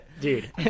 dude